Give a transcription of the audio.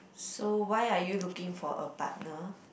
so why are you looking for a partner